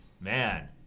man